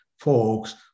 folks